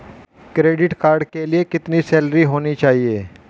Credit card के लिए कितनी सैलरी होनी चाहिए?